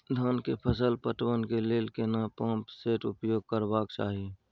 धान के फसल पटवन के लेल केना पंप सेट उपयोग करबाक चाही?